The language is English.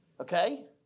Okay